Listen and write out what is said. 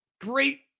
great